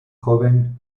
joven